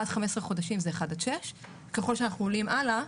עד 15 חודשים זה 1 עד 6. ככל שאנחנו עולים הלאה,